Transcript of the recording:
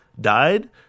died